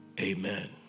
Amen